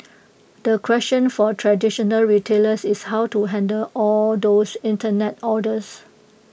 the question for traditional retailers is how to handle all those Internet orders